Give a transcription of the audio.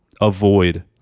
Avoid